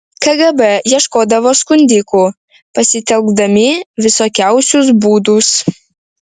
kgb ieškodavo skundikų pasitelkdami visokiausius būdus